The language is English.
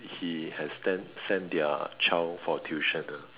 he has send send their child for tuition ah